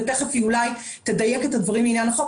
ותיכף היא אולי תדייק את הדברים לעניין החוק.